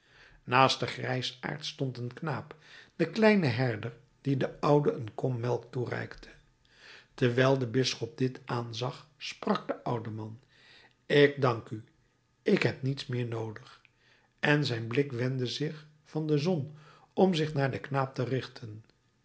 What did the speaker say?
naast den grijsaard stond een knaap de kleine herder die den oude een kom melk toereikte terwijl de bisschop dit aanzag sprak de oude man ik dank u ik heb niets meer noodig en zijn blik wendde zich van de zon om zich naar den knaap te richten